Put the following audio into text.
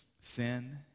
sin